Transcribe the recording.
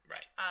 Right